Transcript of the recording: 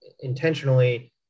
intentionally